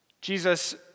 Jesus